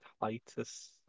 Titus